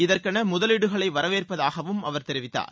இதற்கென முதலீடுகளை வரவேற்பதாகவும் அவர் தெரிவித்தார்